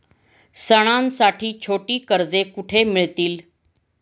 सणांसाठी छोटी कर्जे कुठे मिळतील?